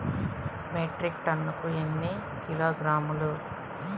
Metric టన్నుకు ఎన్ని కిలోగ్రాములు?